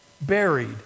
buried